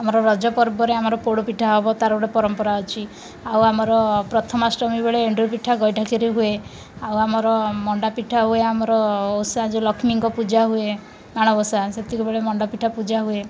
ଆମର ରଜ ପର୍ବରେ ଆମର ପୋଡ଼ ପିଠା ହେବ ତା'ର ଗୋଟେ ପରମ୍ପରା ଅଛି ଆଉ ଆମର ପ୍ରଥମାଷ୍ଟମୀ ବେଳେ ଏଣ୍ଡୁରି ପିଠା ଗଇଠା କରି ହୁଏ ଆଉ ଆମର ମଣ୍ଡାପିଠା ହୁଏ ଆମର ଓଷା ଯେଉଁ ଲକ୍ଷ୍ମୀଙ୍କ ପୂଜା ହୁଏ ମାଣବସା ସେତିକି ବେଳେ ମଣ୍ଡାପିଠା ପୂଜା ହୁଏ